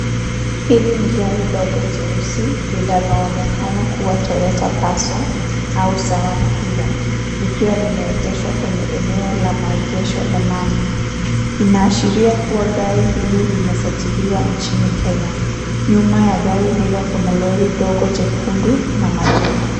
Hili ni gari dogo nyeusi linaloonekana kuwa Toyota Passo au sawa na hilo likiwa limeegeshwa kwenye eneo la maegesho la lami. Inaashiria kuwa gari hili limesajiliwa inchini Kenya. Nyuma ya gari hilo kuna lori dogo jekundu na majengo.